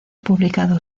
publicado